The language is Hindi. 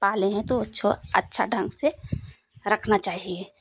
पाले है तो अच्छो अच्छा ढंग से रखना चाहिए